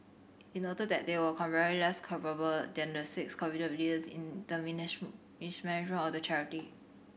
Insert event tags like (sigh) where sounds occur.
it noted that they were comparatively less culpable than the six convicted leaders in the (unintelligible) mismanagement of the charity